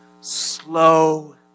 slow